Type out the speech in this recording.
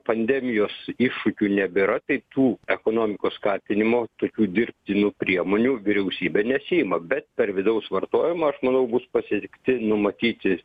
pandemijos iššūkių nebėra tai tų ekonomikos skatinimo tokių dirbtinų priemonių vyriausybė nesiima bet per vidaus vartojimą aš manau bus pasiekti numatyti